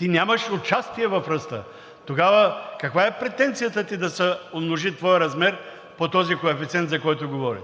и нямаш участие в ръста, тогава каква е претенцията ти да се умножи твоят размер по този коефициент, за който говорим?